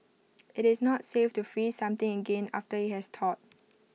IT is not safe to freeze something again after IT has thawed